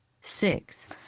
six